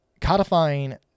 codifying